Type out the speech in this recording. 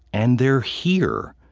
and they're here.